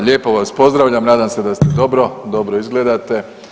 Lijepo vas pozdravljam, nadam se da ste dobro, dobro izgledate.